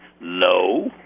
low